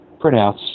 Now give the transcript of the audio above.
printouts